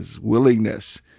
willingness